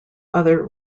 other